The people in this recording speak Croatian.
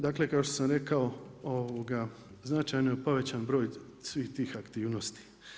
Dakle, kao što sam rekao značajno je povećan broj svih tih aktivnosti.